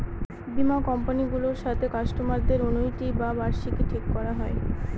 বীমা কোম্পানি গুলোর সাথে কাস্টমারদের অনুইটি বা বার্ষিকী ঠিক করা হয়